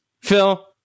phil